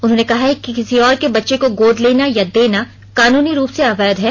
उन्होंने कहा है कि किसी और के बच्चे को गोद लेना या देना कानूनी रूप से अवैध है